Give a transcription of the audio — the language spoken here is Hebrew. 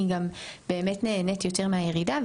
היא באמת נהנית יותר מהירידה.